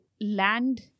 land